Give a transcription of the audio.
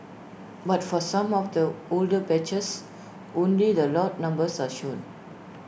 but for some of the older batches only the lot numbers are shown